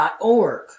Org